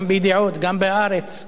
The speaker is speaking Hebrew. גם ב"ידיעות" וגם ב"הארץ",